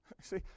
See